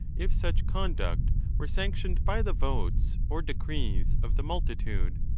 if such con duct were sanctioned by the votes or decrees of the multi tude.